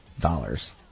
dollars